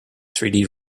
three